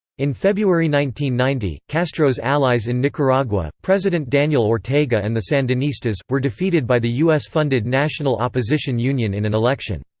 in february ninety, castro's allies in nicaragua, president daniel ortega and the sandinistas, were defeated by the u s funded national opposition union in an election.